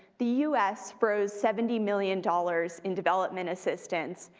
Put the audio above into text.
the u s. froze seventy million dollars in development assistance,